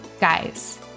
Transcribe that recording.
Guys